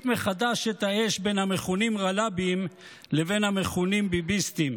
מחדש את האש בין המכונים רב"לבים לבין המכונים ביביסטים.